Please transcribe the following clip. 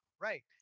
Right